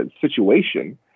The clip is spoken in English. situation